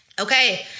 Okay